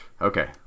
okay